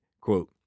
Quote